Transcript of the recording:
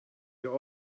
wir